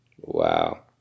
Wow